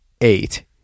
eight